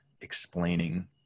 explaining